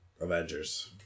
Avengers